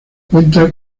cuenta